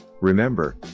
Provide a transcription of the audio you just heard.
Remember